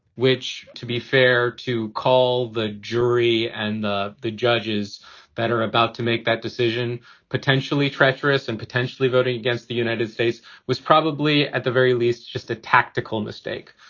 which, to be fair to call the jury and the the judges better about to make that decision potentially treacherous and potentially voting against the united states was probably at the very least just a tactical mistake.